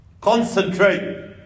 Concentrate